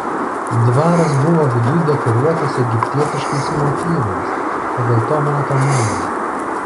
dvaras buvo viduj dekoruotas egiptietiškais motyvais pagal to meto madą